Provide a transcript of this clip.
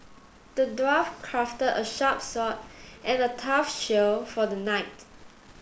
the dwarf crafted a sharp sword and a tough shield for the knight